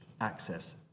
access